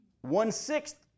one-sixth